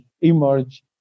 emerge